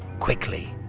quickly.